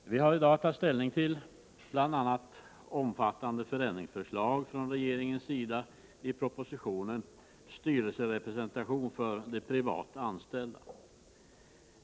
Herr talman! Vi har i dag att ta ställning till bl.a. omfattande förändringsförslag från regeringens sida i propositionen Styrelserepresentation för de privatanställda.